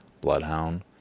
Bloodhound